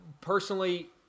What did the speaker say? personally